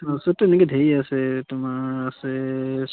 অঁ আছে তেনেকৈ ঢেৰ আছে তোমাৰ আছে